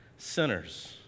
sinners